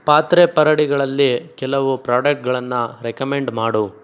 ಪಾತ್ರೆ ಪಗಡೆಗಳಲ್ಲಿ ಕೆಲವು ಪ್ರಾಡಕ್ಟ್ಗಳನ್ನ ರೆಕಮೆಂಡ್ ಮಾಡು